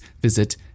visit